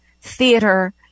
theater